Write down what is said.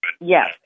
Yes